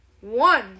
one